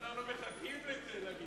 אנחנו מחכים להגיד לו את זה.